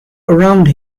around